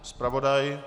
Zpravodaj?